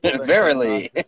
Verily